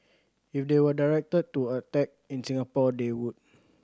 if they were directed to attack in Singapore they would